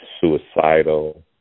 suicidal